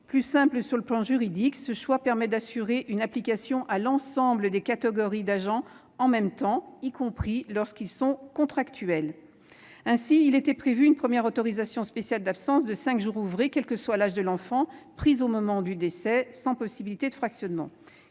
plus simple du point de vue juridique, permet d'appliquer la mesure à l'ensemble des catégories d'agents publics, y compris lorsqu'ils sont contractuels. Il était prévu une première autorisation spéciale d'absence de cinq jours ouvrés, quel que soit l'âge de l'enfant, au moment du décès, sans possibilité de fractionnement,